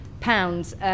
pounds